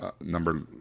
number